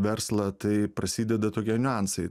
verslą tai prasideda tokie niuansai